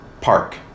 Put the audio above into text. park